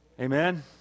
Amen